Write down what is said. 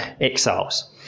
exiles